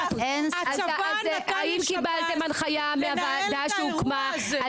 הצבא נתן לשב"ס לנהל את האירוע הזה.